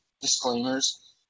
disclaimers